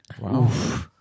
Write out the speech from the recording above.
Wow